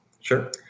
Sure